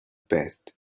passed